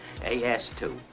AS2